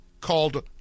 called